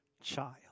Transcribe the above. child